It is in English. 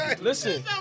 listen